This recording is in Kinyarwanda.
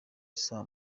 saa